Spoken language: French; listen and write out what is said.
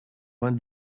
vingt